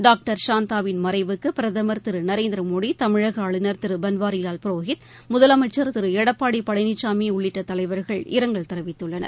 doctor சாந்தாவின் மறைவுக்கு பிரதமர் திரு நரேந்திரமோடி தமிழக ஆளுநர் திரு பன்வாரிலால் புரோஹித் முதலமைச்சன் திரு எடப்பாடி பழனிசாமி உள்ளிட்ட தலைவர்கள் பவர் இரங்கல் தெரிவித்தள்ளனர்